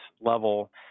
level